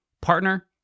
partner